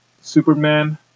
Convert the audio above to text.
Superman